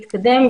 לזקנים.